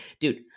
dude